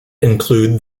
include